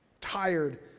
tired